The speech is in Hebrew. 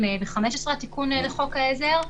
התיקון לחוק העזר,